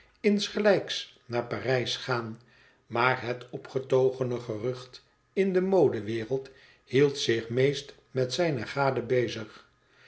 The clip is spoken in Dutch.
ij s gaan maar het opgetogene gerucht in de modewereld hield zich meest met zijne gade bezig